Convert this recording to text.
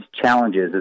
challenges